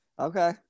okay